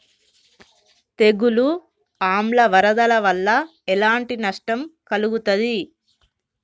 తెగులు ఆమ్ల వరదల వల్ల ఎలాంటి నష్టం కలుగుతది?